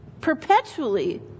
perpetually